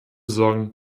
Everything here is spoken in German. sorgen